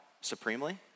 supremely